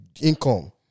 income